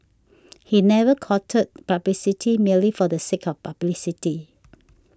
he never courted publicity merely for the sake of publicity